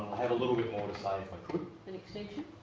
have a little bit more to say if i could. an extension?